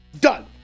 Done